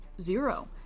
zero